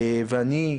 ואני,